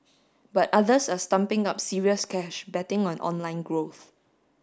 but others are stumping up serious cash betting on online growth